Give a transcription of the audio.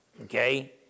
okay